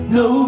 no